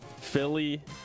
Philly